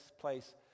place